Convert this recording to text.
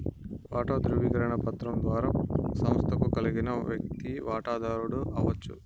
వాటా దృవీకరణ పత్రం ద్వారా సంస్తకు కలిగిన వ్యక్తి వాటదారుడు అవచ్చు